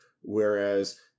whereas